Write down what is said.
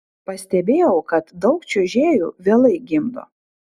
pastebėjau kad daug čiuožėjų vėlai gimdo